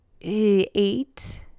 eight